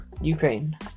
Ukraine